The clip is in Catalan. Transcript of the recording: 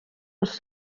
les